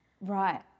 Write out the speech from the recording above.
Right